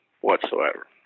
whatsoever